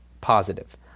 positive